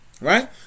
Right